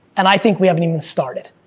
and i think we haven't even started.